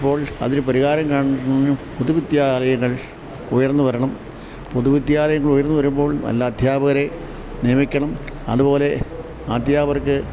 അപ്പോൾ അതിന് പരിഹാരം കാണണം എന്ന് പൊതുവിദ്യാലയങ്ങൾ ഉയർന്ന് വരണം പൊതുവിദ്യാലയങ്ങൾ ഉയർന്ന് വരുമ്പോൾ നല്ല അധ്യാപകരെ നിയമിക്കണം അതുപോലെ അധ്യാപകർക്ക്